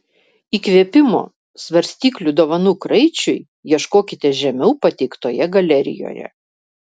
įkvėpimo svarstyklių dovanų kraičiui ieškokite žemiau pateiktoje galerijoje